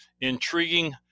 Intriguing